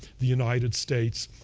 the united states